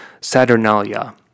Saturnalia